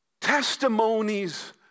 testimonies